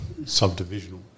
subdivisional